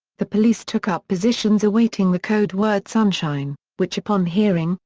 the police took up positions awaiting the codeword sunshine, which upon hearing,